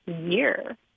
year